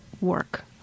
work